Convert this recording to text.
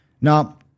Now